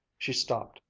she stopped,